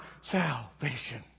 salvation